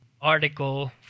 article